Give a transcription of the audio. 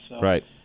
Right